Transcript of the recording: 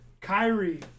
Kyrie